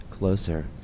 closer